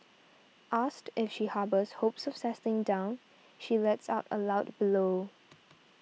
asked if she harbours hopes of settling down she lets out a loud bellow